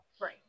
right